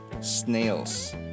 Snails